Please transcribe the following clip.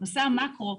נושאי המאקרו,